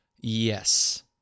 Yes